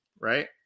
right